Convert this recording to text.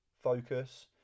focus